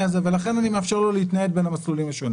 הזה ולכן אני מאפשר לו להתנהל בין המסלולים השונים.